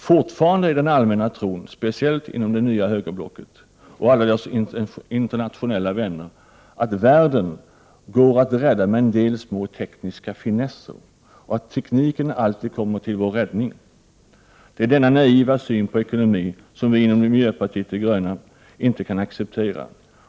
Fortfarande är den allmänna tron, speciellt inom det nya högerblocket och hos alla dess internationella vänner, att världen går att rädda med en del små tekniska finesser och att tekniken alltid kommer till vår räddning. Det är denna naiva syn på ekonomi som vi inom miljöpartiet de gröna inte kan acceptera.